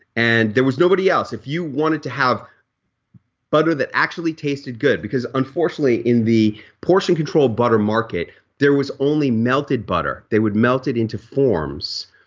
and there was nobody else if you wanted to have butter that actually tasted good because unfortunately in the portion controlled butter market there was only melted butter. they would melted into forms.